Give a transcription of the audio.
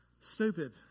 stupid